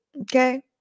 Okay